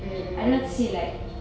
mm mm mm